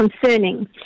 concerning